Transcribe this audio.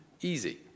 easy